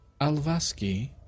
Alvaski